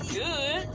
good